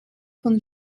von